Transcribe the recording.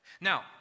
Now